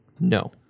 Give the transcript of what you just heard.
No